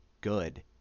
good